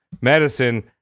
medicine